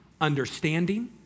understanding